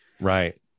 right